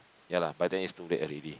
ya lah by then it's too late already